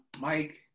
Mike